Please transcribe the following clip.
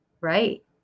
Right